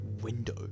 window